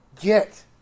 get